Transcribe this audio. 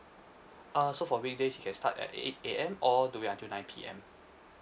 uh so for weekdays we can start at eight A_M all the way until nine P_M